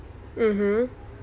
mmhmm